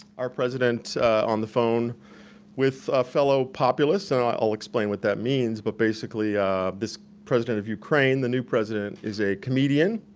our president on the phone with a fellow populist, and i'll explain what that means, but basically this president of ukraine, the new president, is a comedian,